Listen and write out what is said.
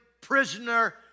prisoner